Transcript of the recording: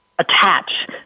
Attach